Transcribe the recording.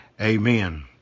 Amen